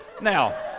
Now